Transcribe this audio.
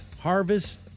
harvest